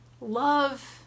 love